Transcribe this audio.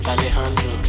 Alejandro